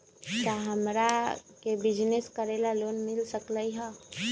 का हमरा के बिजनेस करेला लोन मिल सकलई ह?